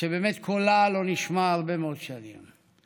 שבאמת קולה לא נשמע הרבה מאוד שנים.